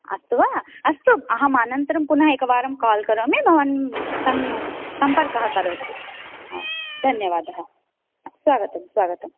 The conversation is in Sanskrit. अस्तु वा अस्तु अहम् अनन्तरं पुनः एकवारं कोल् करोमि भवान् सं सम्पर्कः करोतु हा धन्यवादः स्वागतं स्वागतम्